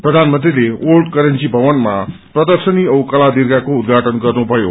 प्रधानमंत्रीले old currency भवनमा प्रर्दशनी औ कला दीर्घाको उद्याटन गर्नुभयो